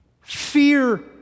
fear